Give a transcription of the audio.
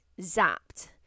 zapped